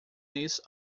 niece